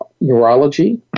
neurology